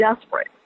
desperate